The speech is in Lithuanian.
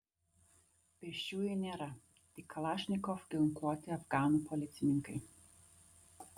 pėsčiųjų nėra tik kalašnikov ginkluoti afganų policininkai